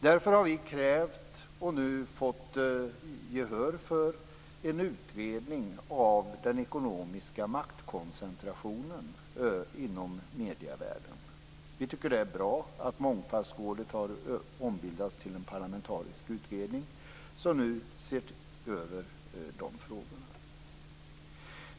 Därför har vi krävt - vi har nu fått gehör för detta vårt krav - en utredning av den ekonomiska maktkoncentrationen inom medievärlden. Vi tycker att det är bra att Mångfaldsrådet har ombildats till en parlamentarisk utredning som nu ser över de olika frågorna.